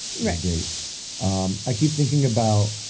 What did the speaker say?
reggie um i keep thinking about